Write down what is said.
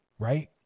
Right